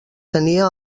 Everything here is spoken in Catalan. tenia